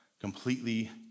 completely